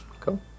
Cool